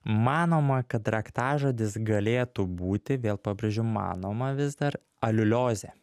manoma kad raktažodis galėtų būti vėl pabrėžiu manoma vis dar aliuliozė